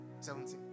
17